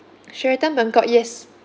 sheraton bangkok yes